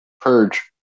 purge